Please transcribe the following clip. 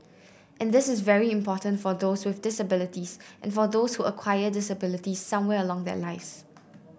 and this is very important for those with disabilities and for those who acquire disabilities somewhere along their lives